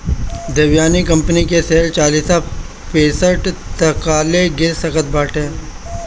देवयानी कंपनी के शेयर चालीस फीसदी तकले गिर सकत बाटे